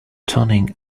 turning